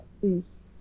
Please